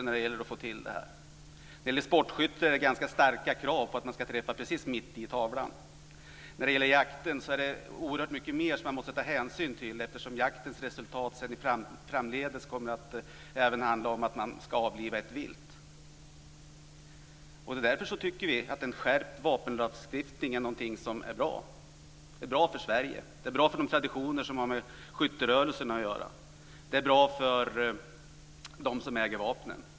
När det gäller sportskytte finns det ganska hårda krav på att man ska träffa precis mitt i tavlan. När det gäller jakten är det oerhört mycket mer som man måste ta hänsyn till, eftersom jakten framdeles leder till att man ska avliva vilt. Därför tycker vi att en skärpt vapenlagstiftning är någonting som är bra. Det är bra för Sverige. Det är bra för de traditioner som har med skytterörelsen att göra. Det är bra för dem som äger vapnen.